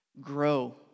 grow